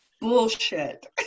bullshit